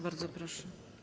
Bardzo proszę.